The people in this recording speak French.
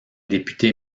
député